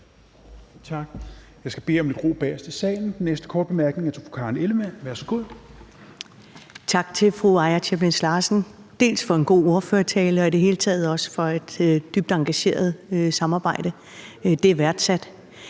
Tak. Jeg skal bede om lidt ro bagest i salen. Den næste korte bemærkning er til fru Karen Ellemann. Værsgo. Kl. 20:00 Karen Ellemann (V) : Tak til fru Aaja Chemnitz Larsen for en god ordførertale og i det hele taget også for et dybt engageret samarbejde. Det er værdsat.